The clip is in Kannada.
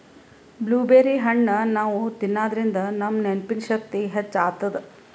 ಬ್ಲೂಬೆರ್ರಿ ಹಣ್ಣ್ ನಾವ್ ತಿನ್ನಾದ್ರಿನ್ದ ನಮ್ ನೆನ್ಪಿನ್ ಶಕ್ತಿ ಹೆಚ್ಚ್ ಆತದ್